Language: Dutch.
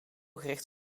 gericht